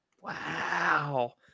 Wow